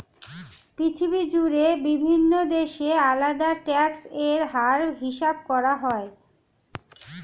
পৃথিবী জুড়ে বিভিন্ন দেশে আলাদা ট্যাক্স এর হার হিসাব করা হয়